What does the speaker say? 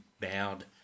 bowed